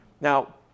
Now